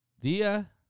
Dia